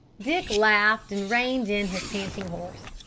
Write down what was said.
dick laughed and reined in his panting horse.